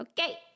okay